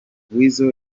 weasel